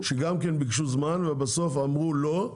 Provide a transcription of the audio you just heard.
שגם כן ביקשו זמן ואמרו לא,